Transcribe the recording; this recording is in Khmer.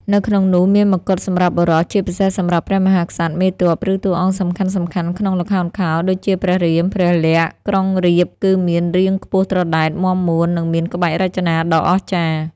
នៅក្នុងនោះមានមកុដសម្រាប់បុរស ជាពិសេសសម្រាប់ ព្រះមហាក្សត្រ មេទ័ព ឬតួអង្គសំខាន់ៗក្នុងល្ខោនខោល ដូចជាព្រះរាម ព្រះលក្ខណ៍ ក្រុងរាពណ៍គឺមាន រាងខ្ពស់ត្រដែត មាំមួន និងមានក្បាច់រចនាដ៏អស្ចារ្យ។